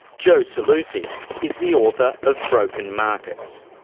joe seluzzi is the author of broken markets.